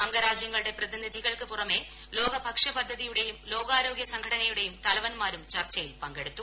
അംഗരാജ്യങ്ങളുടെ പ്രതിനിധികൾക്ക് പുറമെ ലോക ഭക്ഷ്യ പദ്ധതിയുടെയും ലോകാരോഗ്യ സംഘടനയുടെയും തലവൻമാരും ചർച്ചയിൽ പങ്കെടുത്തു